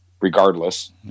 regardless